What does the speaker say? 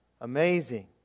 Amazing